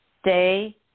stay